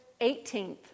18th